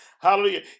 Hallelujah